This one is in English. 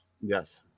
yes